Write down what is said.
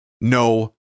No